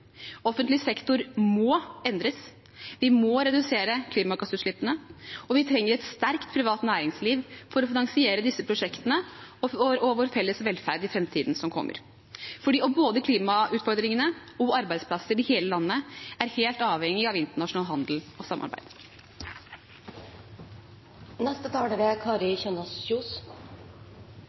Offentlig sektor må endres. Vi må redusere klimagassutslippene, og vi trenger et sterkt privat næringsliv for å finansiere disse prosjektene og vår felles velferd i framtiden. Både klimautfordringene og arbeidsplasser i hele landet er helt avhengig av internasjonal handel og samarbeid. Vi lever i et trygt og godt land, som går godt. Andelen helt arbeidsledige ligger på 2,2 pst., noe som er